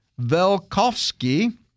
Velkovsky